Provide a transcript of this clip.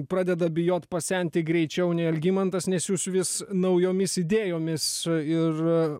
pradeda bijot pasenti greičiau nei algimantas nes jūs vis naujomis idėjomis ir